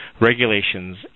regulations